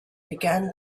began